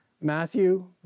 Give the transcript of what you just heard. Matthew